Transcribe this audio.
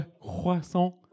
croissant